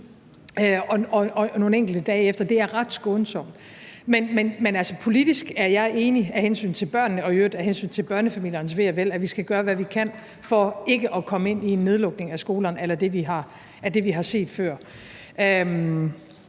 og nogle enkelte dage efter. Det er ret skånsomt. Men politisk er jeg af hensyn til børnene og i øvrigt af hensyn til børnefamiliernes ve og vel enig i, at vi skal gøre, hvad vi kan for ikke at komme ind i en nedlukning af skolerne a la det, vi har set før.